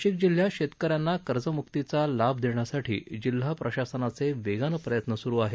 नाशिक जिल्ह्यात शेतकऱ्यांना कर्ज मुक्तीचा लाभ देण्यासाठी जिल्हा प्रशासनाचे वेगानं प्रयत्न सुरू आहेत